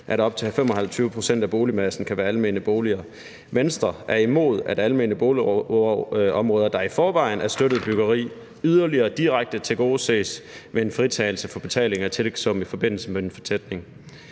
at op til 25 pct. af boligmassen kan være almene boliger. Venstre er imod, at almene boligområder, der i forvejen er støttet byggeri, yderligere direkte tilgodeses ved en fritagelse for betalingen af tillægssum i forbindelse med en fortætning.